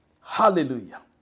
Hallelujah